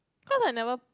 cause I never